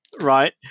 right